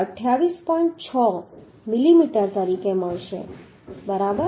6 millimetre તરીકે મળશે બરાબર